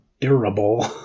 durable